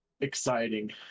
Exciting